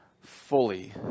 fully